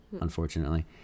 unfortunately